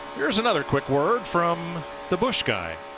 here is another quick word from the busch guy.